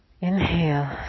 Inhale